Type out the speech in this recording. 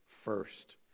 first